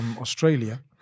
Australia